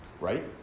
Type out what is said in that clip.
right